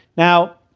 now,